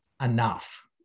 enough